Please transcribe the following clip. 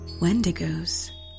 Wendigo's